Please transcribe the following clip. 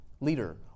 leader